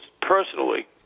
personally